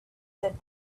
said